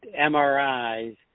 MRIs